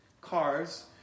cars